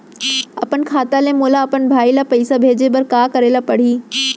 अपन खाता ले मोला अपन भाई ल पइसा भेजे बर का करे ल परही?